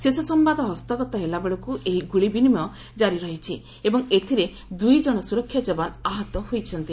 ଶେଷ ସମ୍ବାଦ ହସ୍ତଗତ ହେଲାବେଳକୁ ଏହି ଗୁଳି ବିନିମୟ କାରି ରହିଛି ଏବଂ ଏଥିରେ ଦୁଇଜଣ ସ୍କରକ୍ଷା ଯବାନ ଆହତ ହୋଇଛନ୍ତି